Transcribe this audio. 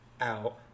out